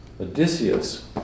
Odysseus